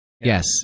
Yes